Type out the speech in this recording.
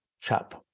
Chap